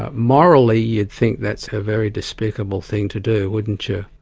ah morally you'd think that's a very despicable thing to do, wouldn't you?